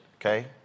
okay